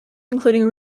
including